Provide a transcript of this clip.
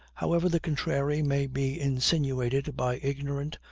however the contrary may be insinuated by ignorant,